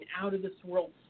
out-of-this-world